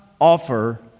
offer